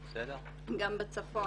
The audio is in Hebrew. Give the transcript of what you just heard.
גם בצפון.